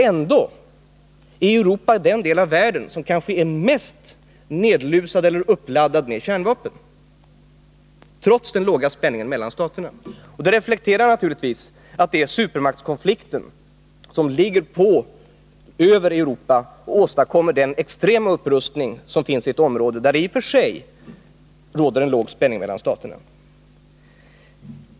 Ändå är Europa den del av världen som kanske är mest nedlusad, eller uppladdad, med kärnvapen — trots den låga spänningen mellan staterna. Det reflekterar naturligtvis att det är supermaktskonflikten som ligger över Europa och åstadkommer den extrema upprustningen i ett område där det i och för sig råder låg spänning mellan staterna.